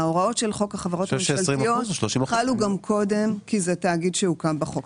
ההוראות של חוק החברות הממשלתיות חלו גם קודם כי זה תאגיד שהוקם בחוק.